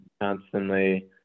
constantly